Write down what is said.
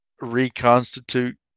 reconstitute